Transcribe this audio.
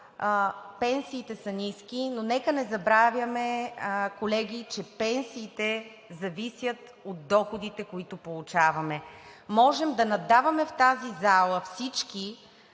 пенсиите са ниски, но нека не забравяме, колеги, че пенсиите зависят от доходите, които получаваме. Всички в тази зала можем